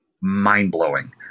Mind-blowing